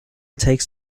takes